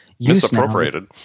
misappropriated